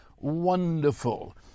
Wonderful